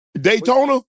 Daytona